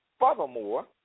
Furthermore